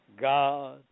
God